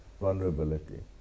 vulnerability